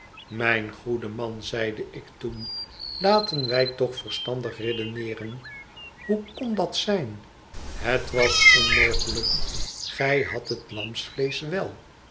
mijn goede man zeide ik toen laten wij toch verstandig redeneeren hoe kon dat zijn het was onmogelijk gij hadt het lamsvleesch wel